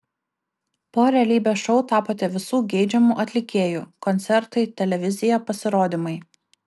po realybės šou tapote visų geidžiamu atlikėju koncertai televizija pasirodymai